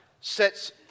sets